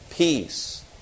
Peace